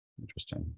Interesting